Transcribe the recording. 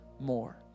more